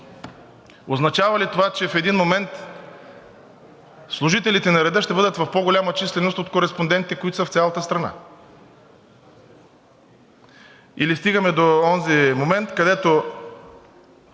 Означава ли това, че в един момент служителите на реда ще бъдат в по-голяма численост от кореспондентите, които са в цялата страна, или стигаме до онзи момент, където,